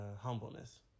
humbleness